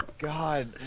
God